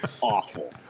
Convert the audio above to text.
awful